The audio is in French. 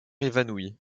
évanoui